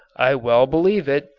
i well believe it,